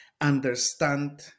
understand